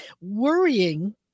worrying